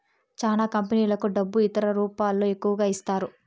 చానా కంపెనీలకు డబ్బు ఇతర రూపాల్లో ఎక్కువగా ఇస్తారు